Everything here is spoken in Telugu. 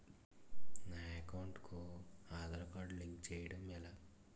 నా అకౌంట్ కు ఆధార్ కార్డ్ లింక్ చేయడం ఎలా?